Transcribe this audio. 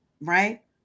right